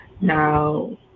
Now